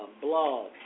blog